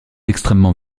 extrêmement